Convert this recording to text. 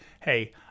hey